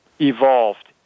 evolved